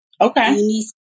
Okay